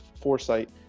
foresight